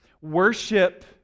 Worship